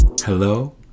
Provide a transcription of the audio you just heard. Hello